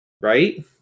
right